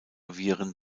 viren